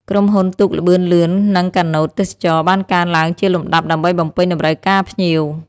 ក្រុមហ៊ុនទូកល្បឿនលឿននិងកាណូតទេសចរណ៍បានកើនឡើងជាលំដាប់ដើម្បីបំពេញតម្រូវការភ្ញៀវ។